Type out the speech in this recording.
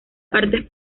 artes